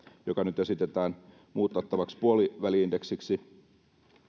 joka nyt esitetään muutettavaksi puoliväli indeksiksi